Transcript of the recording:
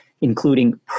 Including